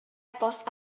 bost